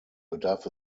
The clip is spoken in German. bedarf